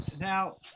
Now